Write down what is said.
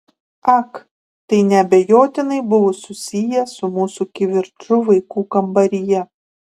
ak tai neabejotinai buvo susiję su mūsų kivirču vaikų kambaryje